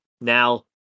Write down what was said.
now